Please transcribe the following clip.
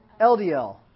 LDL